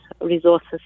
resources